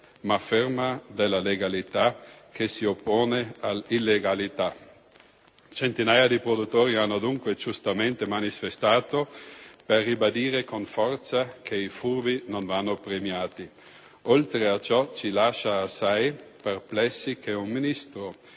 ma ferma, della legalità che si oppone all'illegalità». Centinaia di produttori hanno dunque giustamente manifestato per ribadire con forza che i furbi non vanno premiati. Oltre a ciò, ci lascia assai perplessi che un Ministro,